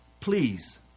Please